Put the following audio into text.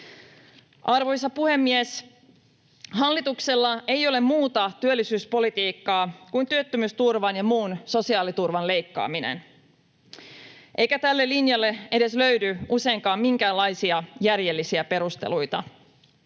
Arvoisa puhemies! Hallituksella ei ole muuta työllisyyspolitiikkaa kuin työttömyysturvan ja muun sosiaaliturvan leikkaaminen, eikä tälle linjalle edes löydy useinkaan minkäänlaisia järjellisiä perusteluita.